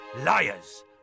liars